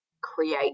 create